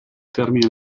termina